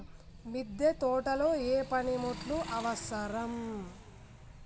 మిద్దె తోటలో ఏ పనిముట్లు అవసరం?